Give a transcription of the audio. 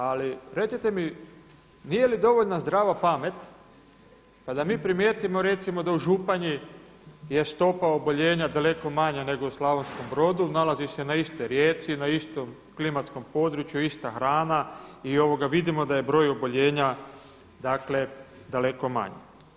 Ali recite mi nije li dovoljna zdrava pamet, pa da mi primijetimo recimo da u Županji je stopa oboljenja daleko manja nego u Slavonskom Brodu, nalazi se na istoj rijeci, na istom klimatskom području, ista hrana i vidimo da je broj oboljenja, dakle daleko manji.